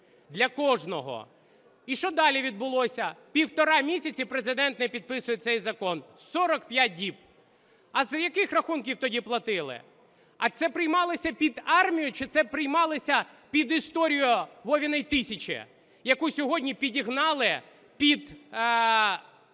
для кожного. І що далі відбулося? Півтора місяця Президент не підписує цей закон, 45 діб. А з яких рахунків тоді платили? А це приймалося під армію чи це приймалося під історію "Вовиної тисячі", яку сьогодні підігнали під